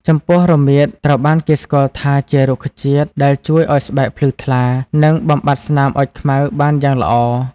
ចំពោះ រមៀតត្រូវបានគេស្គាល់ថាជារុក្ខជាតិដែលជួយឱ្យស្បែកភ្លឺថ្លា និងបំបាត់ស្នាមអុចខ្មៅបានយ៉ាងល្អ។